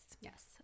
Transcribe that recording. Yes